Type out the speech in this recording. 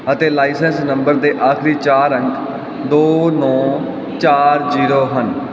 ਅਤੇ license number ਦੇ ਆਖਰੀ ਚਾਰ ਅੰਕ ਦੋ ਨੌਂ ਚਾਰ ਜੀਰੋ ਹਨ